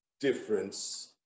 difference